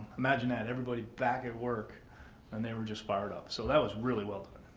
imagine that. everybody back at work and they were just fired up. so, that was really well done.